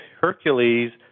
Hercules